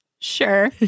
Sure